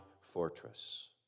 fortress